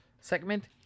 segment